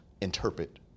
interpret